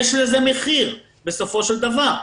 יש לזה מחיר בסופו של דבר,